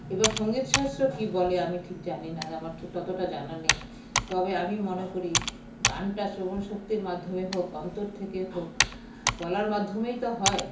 এবার সঙ্গীতশাস্ত্র কী বলে আমি ঠিক জানি না আমারো ততটা জানা নেই তবে আমি মনে করি গানটা শ্রবণ শক্তির মাধ্যমে হোক অন্তর থেকে হোক গলার মাধ্যমেই তো হয়